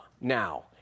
now